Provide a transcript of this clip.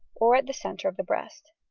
or at the centre of the breast.